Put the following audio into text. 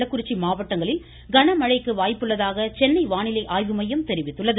கள்ளக்குறிச்சி மாவட்டங்களில் கனமழைக்கு வாய்ப்பிருப்பதாக சென்னை வானிலை ஆய்வுமையம் தெரிவித்துள்ளது